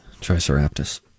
Triceratops